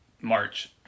march